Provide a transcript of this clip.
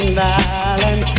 darling